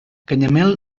canyamel